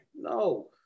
No